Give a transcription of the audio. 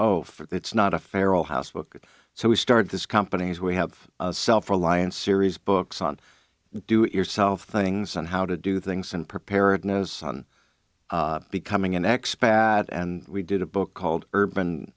it's not a feral house book so we started this companies we have self reliance series books on do it yourself things on how to do things and preparedness on becoming an ex pat and we did a book called urban